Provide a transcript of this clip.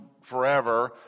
forever